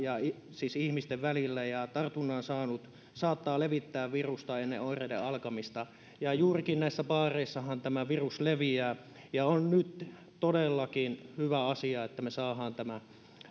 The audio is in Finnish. siis ihmisten välillä ja tartunnan saanut saattaa levittää virusta ennen oireiden alkamista ja juuri näissä baareissahan tämä virus leviää on nyt todellakin hyvä asia että me saamme tämän